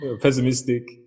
pessimistic